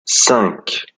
cinq